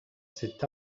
cet